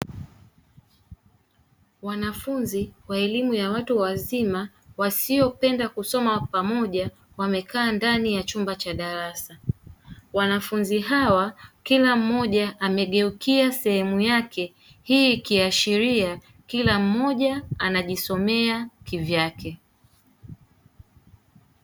Wanafunzi wa elimu ya watu wazima wasiopenda kusoma pamoja wamekaa ndani ya chumba cha darasa, wanafunzi hawa kila mmoja amegeukia sehemu yake hii ikiashiria kila mmoja anajisomea kivyake.